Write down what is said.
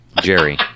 Jerry